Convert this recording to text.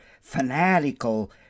fanatical